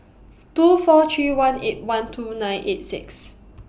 two four three one eight one two nine eight six